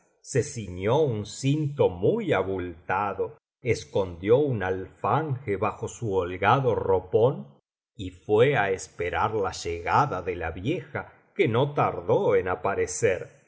se ciñó un cinto muy abultado escondió un alfanje bajo su holgado ropón y fué á esperar la llegada de la vieja que no tardó en aparecer